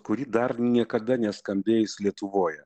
kuri dar niekada neskambėjus lietuvoje